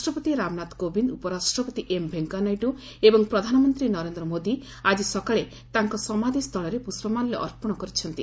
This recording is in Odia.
ରାଷ୍ଟ୍ରପତି ରାମନାଥ କୋବିନ୍ଦ ଉପରାଷ୍ଟ୍ରପତି ଏମ୍ ଭେଙ୍କେୟାନାଇଡୁ ଏବଂ ପ୍ରଧାନମନ୍ତ୍ରୀ ନରେନ୍ଦ୍ର ମୋଦି ଆଜି ସକାଳେ ତାଙ୍କ ସମାଧୀସ୍ଥଳରେ ପୁଷ୍ପମାଲ୍ୟ ଅର୍ପଣ କରିଛନ୍ତି